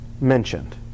mentioned